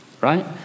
right